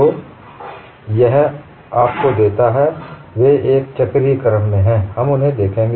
तो यह आपको देता है वे एक चक्रीय क्रम में हैं हम उन्हें देखेंगे